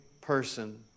person